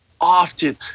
often